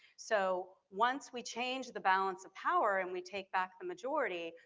so once we change the balance of power and we take back the majority,